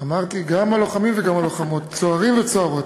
אמרתי: גם הלוחמים וגם הלוחמות, צוערים וצוערות.